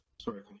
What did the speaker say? sorry